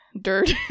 dirt